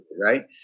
right